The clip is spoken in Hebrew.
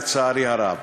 לצערי הרב.